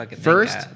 First